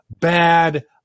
bad